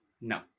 No